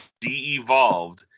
de-evolved